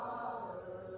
Father